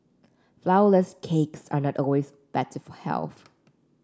flourless cakes are not always better for health